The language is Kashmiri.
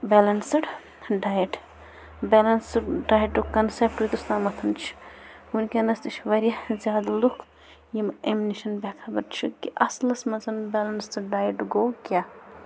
balanced diet balanced dietic concept یوٚتَس تامَتھ چھِ وُنکٮ۪نَس تہِ چھِ واریاہ زیادٕ لُکھ یِم اَمہِ نِش بےٚخبر چھِ کہِ اَصلَس منٛز بیلَنسٕڈ ڈایِٹ گوٚو کیٛاہ